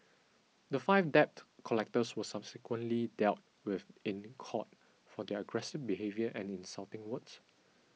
the five debt collectors were subsequently dealt with in court for their aggressive behaviour and insulting words